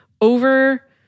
over